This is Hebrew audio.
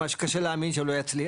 מה שקשה לי להאמין שהוא לא יצליח,